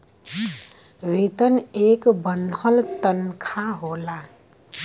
वेतन एक बन्हल तन्खा होला